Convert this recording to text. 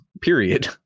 period